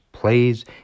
plays